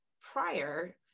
prior